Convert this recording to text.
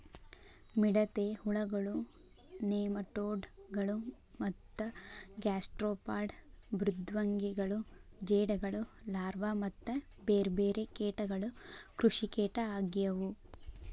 ಮಿಡತೆ ಹುಳಗಳು, ನೆಮಟೋಡ್ ಗಳು ಮತ್ತ ಗ್ಯಾಸ್ಟ್ರೋಪಾಡ್ ಮೃದ್ವಂಗಿಗಳು ಜೇಡಗಳು ಲಾರ್ವಾ ಮತ್ತ ಬೇರ್ಬೇರೆ ಕೇಟಗಳು ಕೃಷಿಕೇಟ ಆಗ್ಯವು